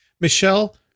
Michelle